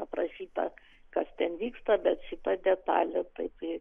aprašyta kas ten vyksta bet šita detalė taip ji